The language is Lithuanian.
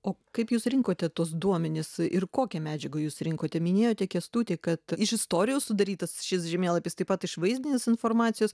o kaip jūs rinkote tuos duomenis ir kokią medžiagą jūs rinkote minėjote kęstuti kad iš istorijos sudarytas šis žemėlapis taip pat iš vaizdinės informacijos